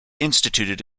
instituted